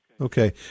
Okay